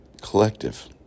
collective